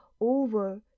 over